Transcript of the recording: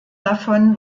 davon